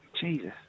Jesus